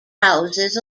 houses